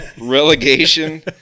Relegation